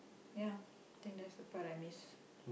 ya I think that's the part I miss